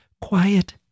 quiet